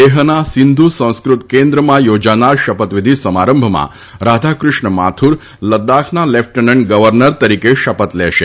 લેહના સિંધુ સંસ્કૃત કેન્દ્રમાં યોજાનાર શપથવિધિ સમારંભમાં રાધાકૃષ્ણ માથુર લદાખના લેફટનન્ટ ગવર્નર તરીકે શપથ લેશે